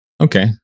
Okay